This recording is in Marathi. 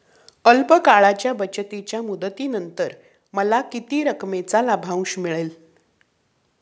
अल्प काळाच्या बचतीच्या मुदतीनंतर मला किती रकमेचा लाभांश मिळेल?